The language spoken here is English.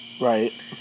Right